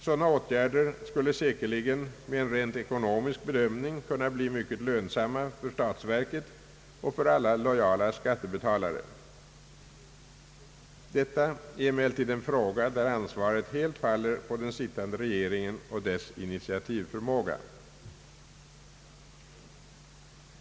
Sådana åtgärder skulle säkerligen med en rent ekonomisk bedömning kunna bli mycket lönsamma för statsverket och för alla lojala skattebetalare. Detta är emellertid en fråga där ansvaret helt faller på den sittande regeringen och dess initiativförmåga.